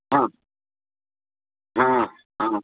हा हा हा